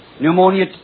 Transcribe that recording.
pneumonia